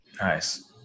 Nice